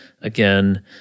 again